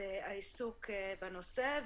העיסוק בנושא הזה.